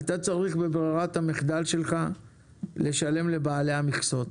אתה צריך בברירת המחדל שלך לשלם לבעלי המכסות.